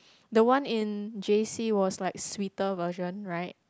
the one in J_C was like sweeter version right